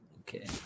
Okay